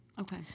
Okay